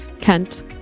Kent